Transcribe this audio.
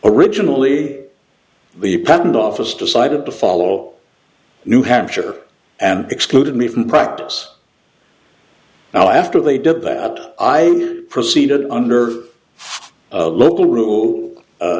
originally the patent office decided to follow new hampshire and excluded me from practice now after they did that i proceeded under a local rule